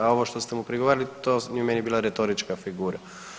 A ovo što ste mu prigovarali to je meni bila retorička figura.